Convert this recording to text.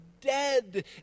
dead